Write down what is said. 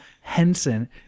Henson